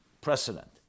precedent